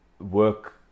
work